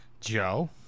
Joe